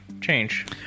change